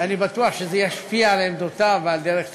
ואני בטוח שזה ישפיע על עמדותיו ועל דרך תשובותיו.